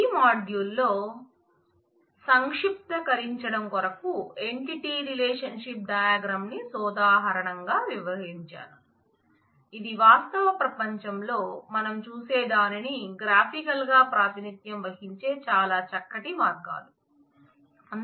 ఈ మాడ్యూల్ లో సంక్షిప్తీకరించడం కొరకు ఎంటిటీ రిలేషన్షిప్ డయాగ్రమ్ వివరించాను